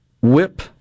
whip